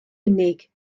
unig